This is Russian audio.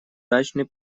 дачный